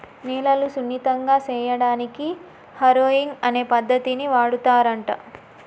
నేలను సున్నితంగా సేయడానికి హారొయింగ్ అనే పద్దతిని వాడుతారంట